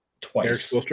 twice